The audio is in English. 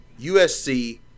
USC –